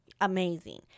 amazing